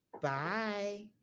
Bye